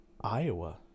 Iowa